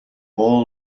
all